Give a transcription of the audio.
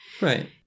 Right